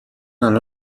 الان